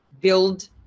build